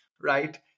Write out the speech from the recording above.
right